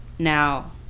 Now